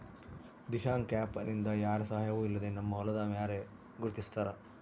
Dishank app ನಿಂದ ಯಾರ ಸಹಾಯವೂ ಇಲ್ಲದೆ ನಮ್ಮ ಹೊಲದ ಮ್ಯಾರೆ ಗುರುತಿಸ್ತಾರ